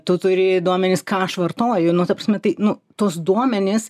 tu turi duomenis ką aš vartoju nu ta prasme tai nu tuos duomenis